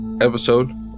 episode